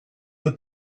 but